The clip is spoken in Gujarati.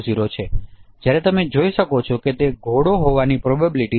00 છે જ્યારે તમે જોઈ શકો છો કે ઘોડો 0